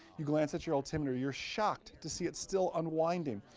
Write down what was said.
you glance at your altimeter. you're shocked to see it still unwinding.